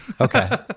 Okay